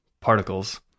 particles